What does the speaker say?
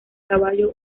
caballo